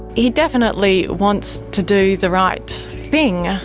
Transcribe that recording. he definitely wants to do the right thing.